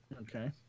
Okay